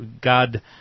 God